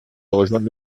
rejoindre